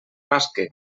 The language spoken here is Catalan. rasque